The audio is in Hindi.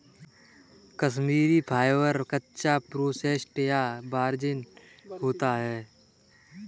कश्मीरी फाइबर, कच्चा, प्रोसेस्ड या वर्जिन होता है